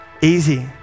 Easy